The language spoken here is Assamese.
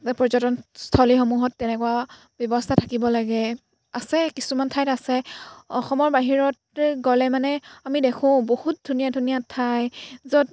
পৰ্যটনস্থলীসমূহত তেনেকুৱা ব্যৱস্থা থাকিব লাগে আছে কিছুমান ঠাইত আছে অসমৰ বাহিৰতে গ'লে মানে আমি দেখোঁ বহুত ধুনীয়া ধুনীয়া ঠাই য'ত